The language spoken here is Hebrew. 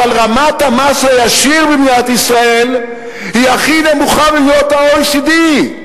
אבל רמת המס הישיר במדינת ישראל היא הכי נמוכה במדינות ה-OECD,